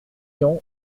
tian